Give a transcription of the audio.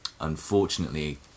unfortunately